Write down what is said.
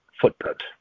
footprint